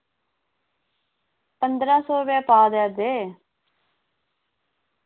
पंदरां सौ दा पाव देआ दे